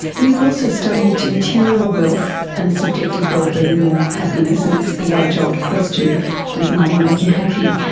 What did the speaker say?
you've also studied material wealth and subjective well-being or happiness, and it's the age-old question does money make you happy?